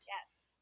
Yes